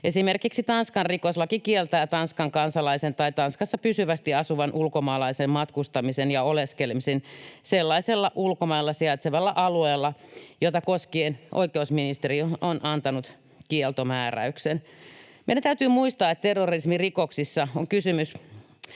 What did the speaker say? Esimerkiksi Tanskan rikoslaki kieltää Tanskan kansalaisen tai Tanskassa pysyvästi asuvan ulkomaalaisen matkustamisen ja oleskelemisen sellaisella ulkomailla sijaitsevalla alueella, jota koskien oikeusministeriö on antanut kieltomääräyksen. Meidän täytyy muistaa, että terrorismirikoksissa on kysymys